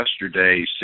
yesterday